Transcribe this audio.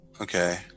Okay